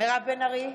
מירב בן ארי,